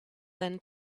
than